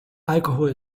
alkohol